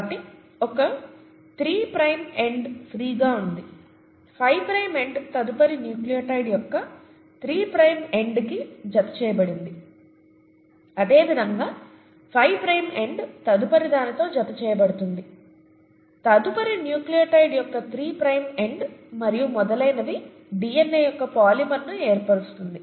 కాబట్టి ఒక త్రి ప్రైమ్ ఎండ్ ఫ్రీ గా ఉంది ఫైవ్ ప్రైమ్ ఎండ్ తదుపరి న్యూక్లియోటైడ్ యొక్క త్రి ప్రైమ్ ఎండ్కి జతచేయబడుతుంది అదేవిధంగా ఫైవ్ ప్రైమ్ ఎండ్ తదుపరి దానితో జతచేయబడుతుంది తదుపరి న్యూక్లియోటైడ్ యొక్క త్రి ప్రైమ్ ఎండ్ మరియు మొదలైనవి డీఎన్ఏ యొక్క పాలిమర్ను ఏర్పరుస్తుంది